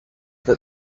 that